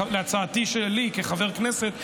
להצעתי שלי כחבר כנסת,